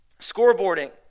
scoreboarding